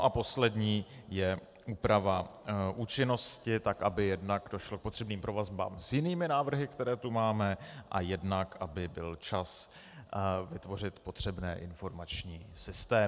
A poslední je úprava účinnosti, tak aby jednak došlo k potřebným provazbám s jinými návrhy, které tu máme, a jednak aby byl čas vytvořit potřebné informační systémy.